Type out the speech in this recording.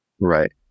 Right